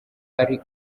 ari